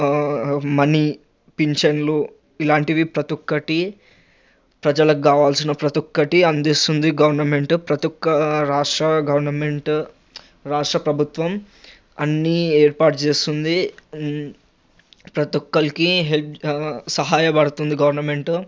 money పించెన్లు ఇలాంటివి ప్రతి ఒక్కటి ప్రజలకు కావాల్సిన ప్రతి ఒక్కటి అందిస్తుంది గవర్నమెంటు ప్రతి ఒక్క రాష్ట్రాల గవర్నమెంటు రాష్ట్ర ప్రభుత్వం అన్నీ ఏర్పాటు చేస్తుంది ప్రతి ఒక్కరికి హెల్ప్ సహాయపడుతుంది గవర్నమెంటు